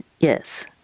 Yes